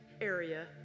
area